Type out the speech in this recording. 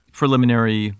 preliminary